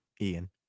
Ian